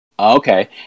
okay